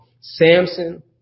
Samson